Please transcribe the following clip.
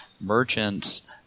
merchants